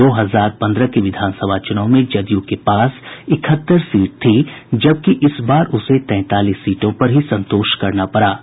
दो हजार पन्द्रह के विधानसभा चूनाव में जदयू के पास इकहत्तर सीट थी जबकि इस बार उसे तैंतालीस सीटों पर ही संतोष करना पड़ा है